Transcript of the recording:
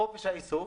חופש העיסוק,